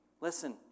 Listen